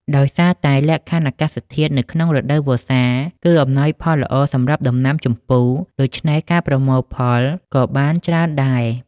ដោយសារតែលក្ខខណ្ឌអាកាសធាតុនៅក្នុងរដូវវស្សាគឺអំណោយផលល្អសម្រាប់ដំណាំជម្ពូ ដូច្នេះការប្រមូលផលក៏បានច្រើនដែរ។